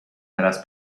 zaraz